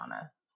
honest